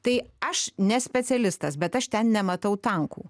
tai aš ne specialistas bet aš ten nematau tankų